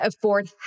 afford